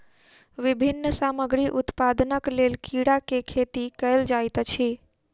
विभिन्न सामग्री उत्पादनक लेल कीड़ा के खेती कयल जाइत अछि